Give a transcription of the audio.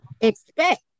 expect